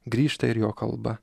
grįžta ir jo kalba